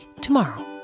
tomorrow